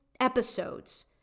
episodes